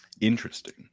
Interesting